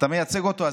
אני מייצג אותו.